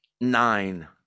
nine